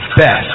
Best